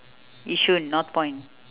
yishun northpoint